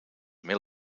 mil